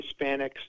Hispanics